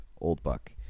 Oldbuck